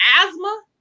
asthma